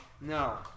No